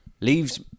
leaves